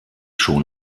schon